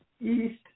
East